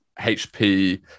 hp